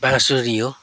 बाँसुरी हो